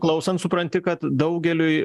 klausant supranti kad daugeliui